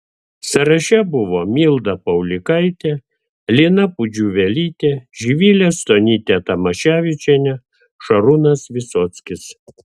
sąraše buvo milda paulikaitė lina pudžiuvelytė živilė stonytė tamaševičienė šarūnas visockis